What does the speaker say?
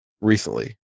Recently